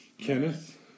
Kenneth